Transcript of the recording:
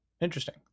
Interesting